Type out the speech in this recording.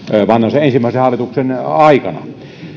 vanhasen ensimmäisen hallituksen aikana